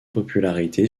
popularité